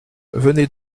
venez